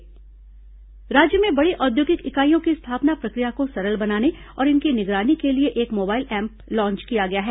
मुख्यमंत्री mobile app राज्य में बड़ी औद्योगिक इकाइयों की स्थापना प्रक्रिया को सरल बनाने और इनकी निगरानी के लिए एक मोबाइल ऐप लॉन्च किया गया है